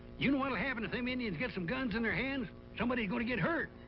you know what will happen, if them indians get some guns in their hands? somebody is going to get hurt.